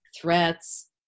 threats